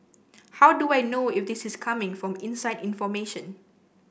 how do I know if this is coming from inside information